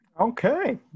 Okay